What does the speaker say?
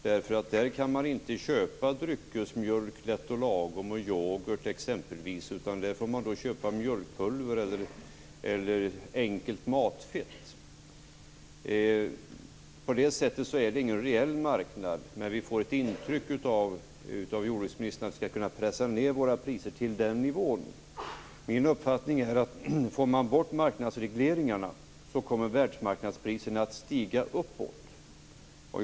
Där kan man inte köpa exempelvis dryckesmjölk, Lätt & Lagom och yoghurt, utan där får man köpa mjölkpulver eller enkelt matfett. På det sättet är det ingen reell marknad, men av jordbruksministern får vi ett intryck av att vi skall kunna pressa ned våra priser till den nivån. Min uppfattning är att världsmarknadspriserna kommer att stiga uppåt om man får bort marknadsregleringarna.